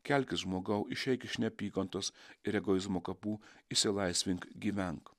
kelkis žmogau išeik iš neapykantos ir egoizmo kapų išsilaisvink gyvenk